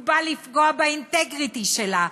הוא נועד לפגוע באינטגריטי שלה.